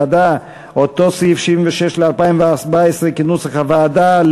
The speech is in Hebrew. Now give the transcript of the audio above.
אותו סעיף, 76, ל-2014, כנוסח הוועדה.